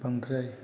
बांद्राय